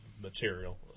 material